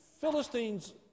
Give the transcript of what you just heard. Philistines